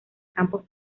campos